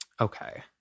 Okay